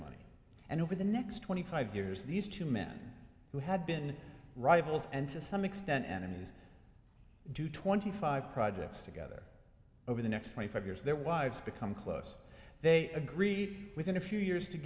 money and over the next twenty five years these two men who had been rivals and to some extent enemies do twenty five projects together over the next twenty five years their wives become close they agreed within a few years to